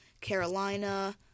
Carolina